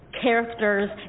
characters